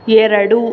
ಎರಡು